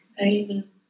Amen